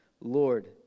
Lord